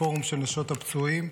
פורום של נשות הפצועים,